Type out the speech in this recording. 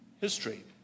history